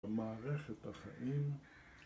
במערכת החיים,